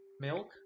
milk